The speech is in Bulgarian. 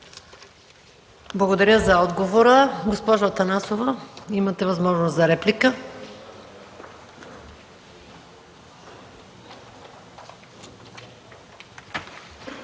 Благодаря за отговора. Госпожо Атанасова, имате възможност за реплика.